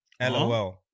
LOL